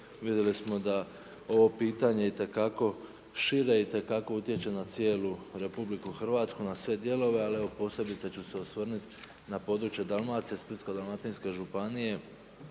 vidjeli smo da ovo pitanje itekako šire, itekako utječe na cijelu Republiku Hrvatsku, na sve dijelove, ali evo posebice ću se osvrnuti na područje Dalmacije, Splitsko-dalmatinske županije,